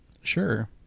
Sure